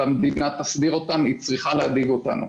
ושהמדינה תסדיר אותן היא מחשבה שצריכה להדאיג אותנו.